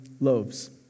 loaves